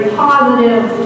positive